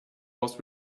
was